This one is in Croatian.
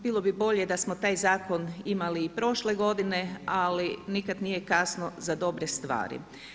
Bilo bi bolje da smo taj zakon imali i prošle godine, ali nikad nije kasno za dobre stvari.